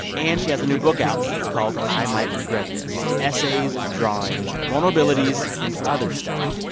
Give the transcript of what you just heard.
and she has a new book out. it's called i might regret this essays, drawings, vulnerabilities, and other stuff.